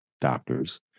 doctors